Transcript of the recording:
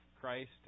Christ